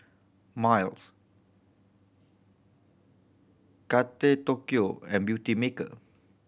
Miles Kate Tokyo and Beautymaker